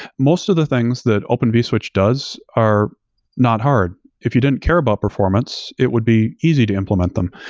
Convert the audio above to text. most of the things that open vswitch does are not hard. if you didn't care about performance, it would be easy to implement them.